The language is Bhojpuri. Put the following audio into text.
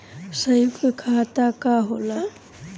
सयुक्त खाता का होला?